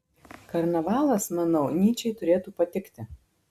karnavalas manau nyčei turėtų patikti